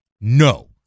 No